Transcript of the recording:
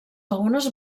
algunes